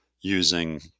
using